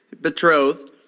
betrothed